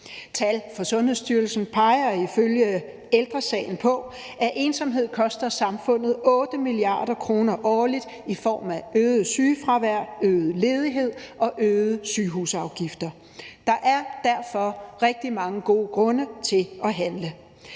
Tal fra Sundhedsstyrelsen peger ifølge Ældre Sagen på, at ensomhed koster samfundet 8 mia. kr. årligt i form af øget sygefravær, øget ledighed og øgede sygehusafgifter. Der er derfor rigtig mange gode grunde til at handle.